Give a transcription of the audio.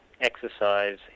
exercise